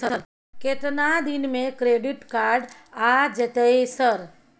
केतना दिन में क्रेडिट कार्ड आ जेतै सर?